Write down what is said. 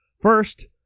First